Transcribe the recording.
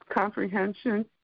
comprehension